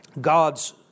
God's